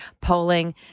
polling